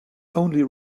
only